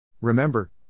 Remember